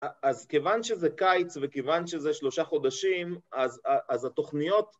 אז כיוון שזה קיץ וכיוון שזה שלושה חודשים, אז התוכניות...